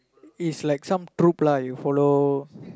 is like some troop lah you follow